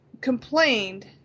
complained